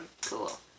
cool